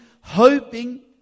hoping